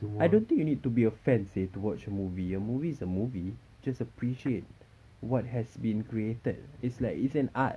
I don't think you need to be a fan seh to watch a movie a movie is a movie just appreciate what has been created it's like it's an art